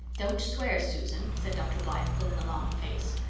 don't swear, susan, said dr. blythe, pulling a long face.